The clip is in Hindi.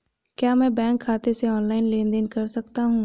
क्या मैं बैंक खाते से ऑनलाइन लेनदेन कर सकता हूं?